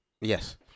Yes